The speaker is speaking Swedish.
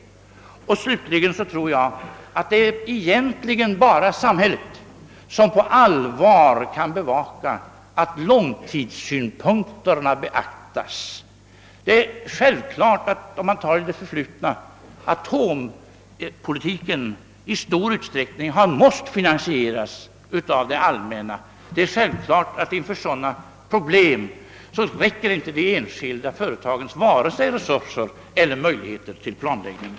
6. Vi tror att det egentligen bara är samhället som kan bevaka att långtidssynpunkterna beaktas. Det är självklart — för att ta ett exempel i det förflutna — att atompolitiken i stor utsträckning måste finansieras av det allmänna. Vid lösningen av sådana problem räcker självfallet inte de enskilda företagens resurser eller möjligheter till planläggning.